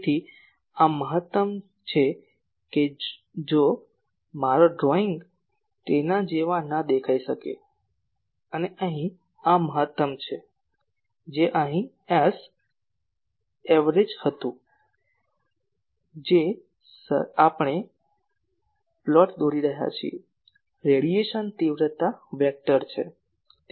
તેથી આ મહત્તમ છે જો કે મારો ડ્રોઇંગ તેના જેવા ન દેખાઈ શકે અને અહીં આ મહત્તમ છે જે અહીં Sav હતું જે આપણે પ્લોટ દોરી રહ્યા છીએ રેડિયેશન તીવ્રતા વેક્ટર છે